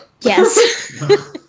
Yes